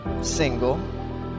single